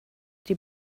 die